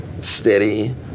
steady